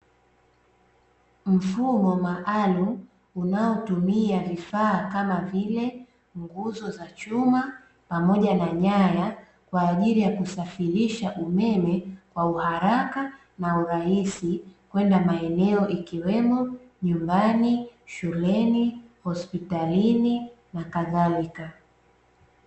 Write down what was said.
Mfumo maalumu unaotumia vifaa kama vile nguzo za chuma pamoja na nyaya, kwaajili ya kusafirisha umeme kwa uharaka na urahisi kwenda maeneo ikiwemo nyumbani, shuleni, hospitalini, nakadhalika.